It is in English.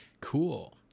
Cool